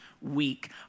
week